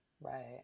right